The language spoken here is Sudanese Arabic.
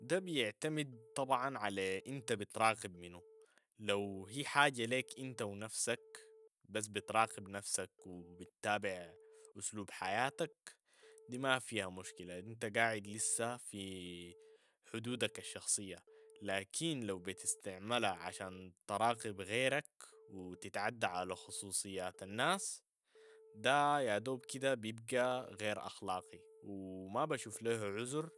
ده بيعتمد طبعا على انت بتراقب منو، لو هي حاجة ليك انت و نفسك بس بتراقب نفسك و بتتابع أسلوب حياتك دي ما فيها مشكلة، انت قاعد لسه في حدودك الشخصية، لكن لو بتستعملها عشان تراقب غيرك و تتعدى على خصوصيات الناس، ده يا دوب كده بيبقى غير أخلاقي و ما بشوف ليهو عذر،